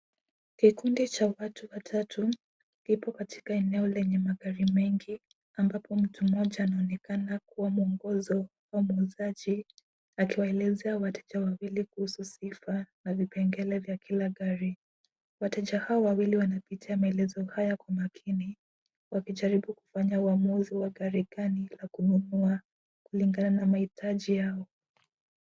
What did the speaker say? Kikundi cha watu watatu kipo katika eneo lenye magari mengi, ambapo mtu mmoja anaonekana kuwa mwongozo au muuzaji, akiwaelezea wateja wawili kuhusu sifa na vipengere vya kila gari. Wateja hawa wawili wanapitia maelezo hayo kwa makini, wakijaribu kufanya uamuzi kuhusu gari gani ya kununua kulingana na mahitaji yao.